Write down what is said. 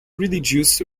religious